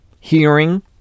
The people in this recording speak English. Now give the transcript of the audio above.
hearing